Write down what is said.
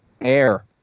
air